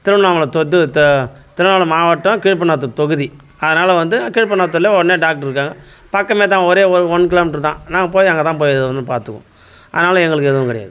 திருவண்ணாமலை திருவண்ணாமலை மாவட்டம் கீழ் பெண்ணாத்தூர் தொகுதி அதனால வந்து கீழ் பெண்ணாத்தூரில் உடனே டாக்டர் இருக்காங்க பக்கமேதான் ஒரே ஒரு ஒன் கிலோமீட்டர்தான் நாங்கள் போய் அங்கேதான் போய் எதுவாக இருந்தாலும் பார்த்துப்போம் அதனால எங்களுக்கு எதுவும் கிடையாது